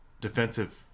defensive